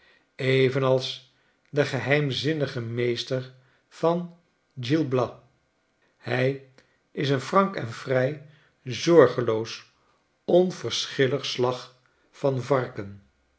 evenals de geheimzinnige meester van gil bias hij is een frank en vry zorgeloos onverschillig slag van varken